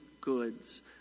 goods